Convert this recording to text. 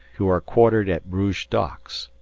who are quartered at bruges docks.